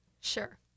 Sure